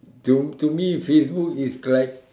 to to me Facebook is like